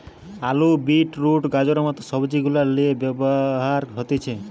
আলু, beetroot, গাজরের মত সবজি গুলার লিয়ে ব্যবহার হতিছে